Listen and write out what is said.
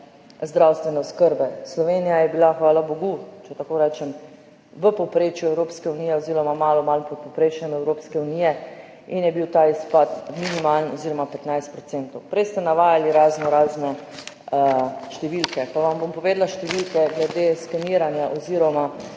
zdravstvene oskrbe. Slovenija je bila, hvala bogu, če tako rečem, v povprečju Evropske unije oziroma malo pod povprečjem Evropske unije in je bil ta izpad minimalen oziroma 15 %. Prej ste navajali raznorazne številke, pa vam bom povedala številke glede skeniranja oziroma